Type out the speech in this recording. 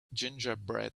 gingerbread